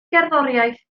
gerddoriaeth